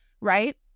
Right